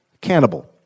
cannibal